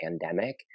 pandemic